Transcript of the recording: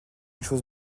chose